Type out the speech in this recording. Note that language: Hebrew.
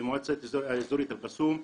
במועצה האזורית אל קאסום.